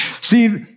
See